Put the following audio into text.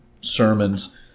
sermons